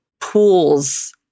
pools